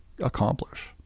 accomplish